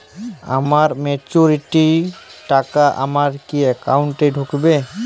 আমার ম্যাচুরিটির টাকা আমার কি অ্যাকাউন্ট এই ঢুকবে?